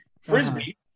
Frisbee